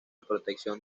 protección